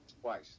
Twice